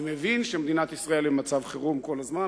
אני מבין שמדינת ישראל במצב חירום כל הזמן,